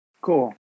Cool